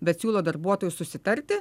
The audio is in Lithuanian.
bet siūlo darbuotojui susitarti